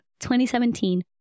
2017